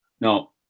No